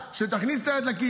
שתכניס את היד לכיס,